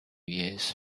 years